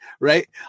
right